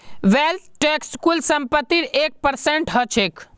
wealth tax कुल संपत्तिर एक परसेंट ह छेक